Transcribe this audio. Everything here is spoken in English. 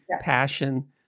passion